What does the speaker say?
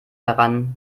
daran